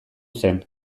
zen